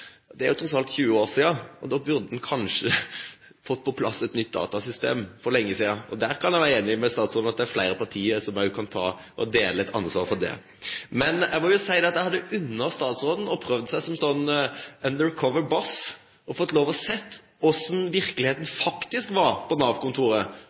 Det er tross alt 20 år siden, og en burde kanskje fått på plass et nytt datasystem for lenge siden. Jeg kan være enig med statsråden i at flere partier kan dele ansvaret for det. Men jeg må si jeg hadde unt statsråden å prøve seg som «Undercover Boss» slik at hun fikk se hvordan virkeligheten faktisk er på Nav-kontoret. Hun kunne gått litt forkledd på Nav-kontorene og